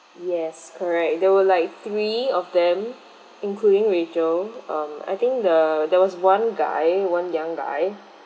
yes correct there were like three of them including rachel um I think the there was one guy one young guy